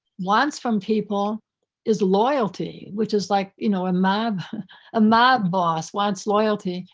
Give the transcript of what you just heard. wants from people is loyalty, which is like, you know, a mob ah mob boss wants loyalty.